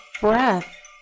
breath